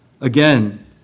again